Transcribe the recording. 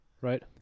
Right